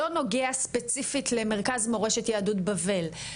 לא נוגע ספציפית למרכז מורשת יהדות בבל,